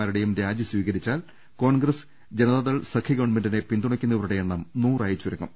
മാരുടെയും രാജി സ്വീകരിച്ചാൽ കോൺഗ്രസ് ജനതാദൾ സഖ്യ ഗവൺമെന്റിനെ പിന്തുണയ്ക്കുന്നവരുടെ എണ്ണം നൂറായി ചുരുങ്ങും